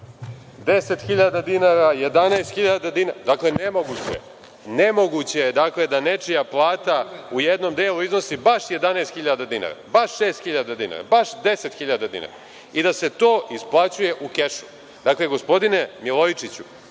10.000 dinara, 11.000 dinara. Dakle, nemoguće je. Nemoguće je, dakle, da nečija plata u jednom delu iznosi baš 11.000 dinara, baš 6.000 dinara, baš 10.000 dinara i da se to isplaćuje u kešu. **Veroljub